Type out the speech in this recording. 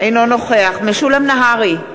אינו נוכח משולם נהרי,